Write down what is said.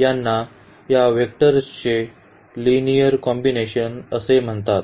यांना या वेक्टरचे लिनिअर कॉम्बिनेशन असे म्हणतात